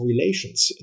relations